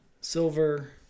silver